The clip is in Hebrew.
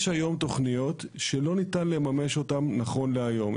יש היום תוכניות שלא ניתן לממש אותן נכון להיום,